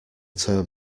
term